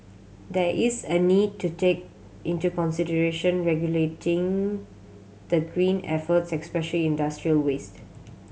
there is a need to take into consideration regulating the green efforts especially industrial waste